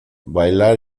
bailar